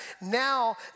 Now